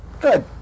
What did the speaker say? good